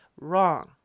wrong